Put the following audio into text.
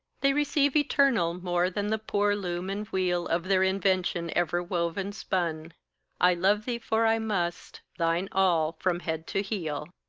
they receive eternal more than the poor loom and wheel of their invention ever wove and spun i love thee for i must, thine all from head to heel.